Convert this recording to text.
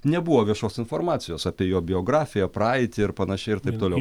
nebuvo viešos informacijos apie jo biografiją praeitį ir panašiai ir taip toliau